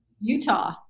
Utah